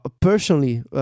Personally